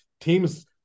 teams